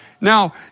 Now